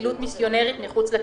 עושים פעילות מסיונרית מחוץ לקהילה.